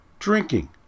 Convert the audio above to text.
Drinking